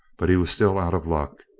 but he was still out of luck.